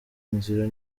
inzira